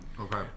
Okay